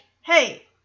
hey